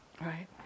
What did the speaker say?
right